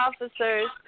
officers